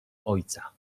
ojca